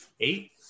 eight